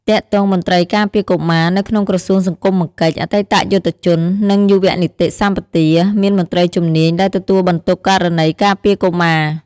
ទាក់ទងមន្រ្តីការពារកុមារ នៅក្នុងក្រសួងសង្គមកិច្ច អតីតយុទ្ធជន និងយុវនីតិសម្បទា មានមន្រ្តីជំនាញដែលទទួលបន្ទុកករណីការពារកុមារ។